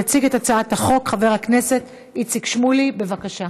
יציג את הצעת החוק חבר הכנסת איציק שמולי, בבקשה.